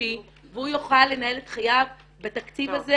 אישי והוא יוכל לנהל את חייו בתקציב הזה